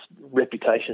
reputation